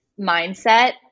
mindset